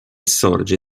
sorge